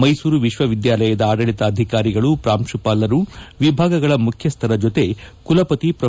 ಮೈಸೂರು ವಿಶ್ವವಿದ್ಯಾಲಯದ ಆಡಳಿತಾಧಿಕಾರಿಗಳು ಪ್ರಾಂಶುಪಾಲರು ವಿಭಾಗಗಳ ಮುಖ್ಯಸ್ಥರ ಜೊತೆ ಕುಲಪತಿ ಪ್ರೊ